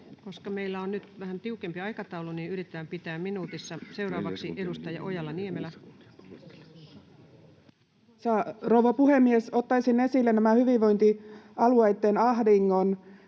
Koska meillä on nyt vähän tiukempi aikataulu, niin yritetään pitää minuutissa. — Seuraavaksi edustaja Ojala-Niemelä. Arvoisa rouva puhemies! Ottaisin esille tämän hyvinvointialueitten ahdingon.